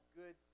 good